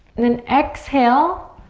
and then exhale.